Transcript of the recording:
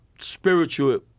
spiritual